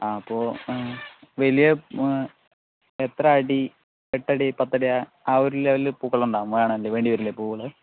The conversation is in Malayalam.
ആ അപ്പോൾ വലിയ എത്ര അടി എട്ടടി പത്തടി ആ ഒരു ലെവലിൽ പൂക്കളം വേണ്ടി വരുമല്ലെ പൂവുകൾ